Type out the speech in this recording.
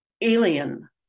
alien